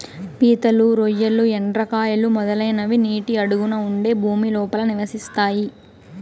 పీతలు, రొయ్యలు, ఎండ్రకాయలు, మొదలైనవి నీటి అడుగున ఉండే భూమి లోపల నివసిస్తాయి